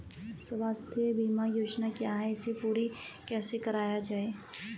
स्वास्थ्य बीमा योजना क्या है इसे पूरी कैसे कराया जाए?